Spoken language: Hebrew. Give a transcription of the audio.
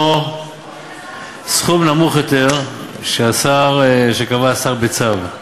או סכום נמוך יותר שקבע השר בצו,